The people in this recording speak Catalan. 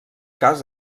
cas